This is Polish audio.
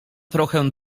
trochę